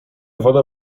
woda